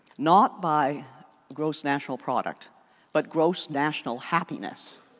not by gross national product but gross national happiness.